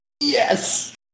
yes